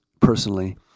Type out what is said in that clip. personally